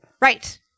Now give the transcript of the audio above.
Right